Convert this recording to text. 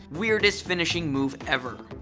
weirdest finishing move, ever.